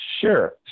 Sure